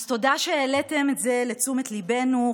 אז תודה שהעליתם את זה לתשומת ליבנו.